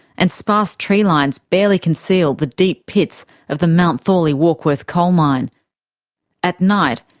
and sparse tree lines barely conceal the deep pits of the mount thorley warkworth coalmine. at night,